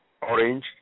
Orange